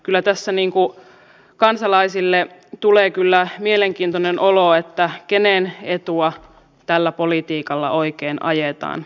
kyllä tässä kansalaisille tulee mielenkiintoinen olo että kenen etua tällä politiikalla oikein ajetaan